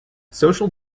social